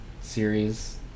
series